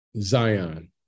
Zion